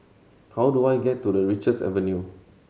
how do I get to Richards Avenue